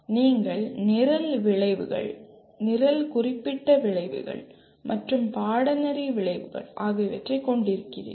நீங்கள் நிரல் விளைவுகள் நிரல் குறிப்பிட்ட விளைவுகள் மற்றும் பாடநெறி விளைவுகள் ஆகியவற்றைக் கொண்டிருக்கிறீர்கள்